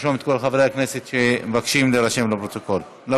תרשום את כל חברי הכנסת שמבקשים להירשם לפרוטוקול: